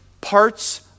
parts